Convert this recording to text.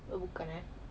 oh bukan eh